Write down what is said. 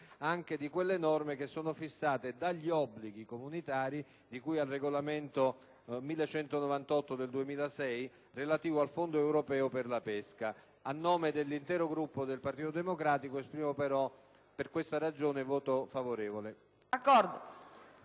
anche di quelle fissate dagli obblighi comunitari di cui al regolamento 1198 del 2006 relativo al Fondo europeo per la pesca. A nome dell'intero Gruppo del Partito Democratico esprimo, per questa ragione, voto favorevole.